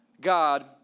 God